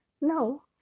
now